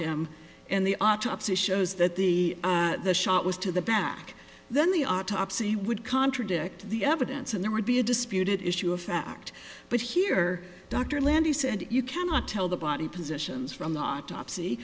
him and the autopsy shows that the shot was to the back then the autopsy would contradict the evidence and there would be a disputed issue of fact but here dr landy said you cannot tell the body positions from the autopsy